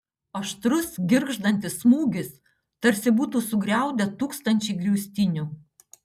aštrus girgždantis smūgis tarsi būtų sugriaudę tūkstančiai griaustinių